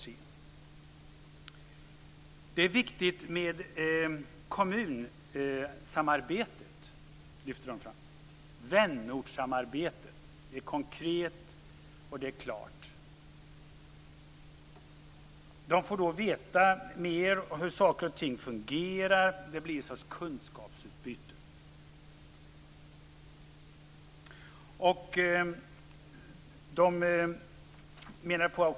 De lyfte fram att det är viktigt med kommunsamarbetet - vänortssamarbetet. Det är konkret och klart. Där får de veta mer om hur saker och ting fungerar. Det blir en sorts kunskapsutbyte.